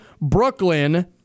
Brooklyn